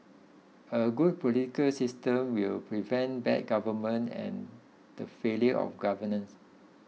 a good political system will prevent bad government and the failure of governance